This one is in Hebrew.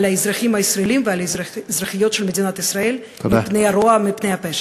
האזרחים הישראלים ועל האזרחיות של מדינת ישראל מפני הרוע ומפני הפשע.